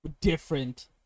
different